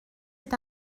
est